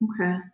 Okay